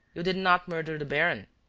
you did not murder the baron.